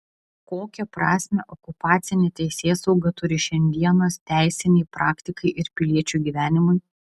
kokią prasmę okupacinė teisėsauga turi šiandienos teisinei praktikai ir piliečių gyvenimui